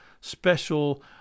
special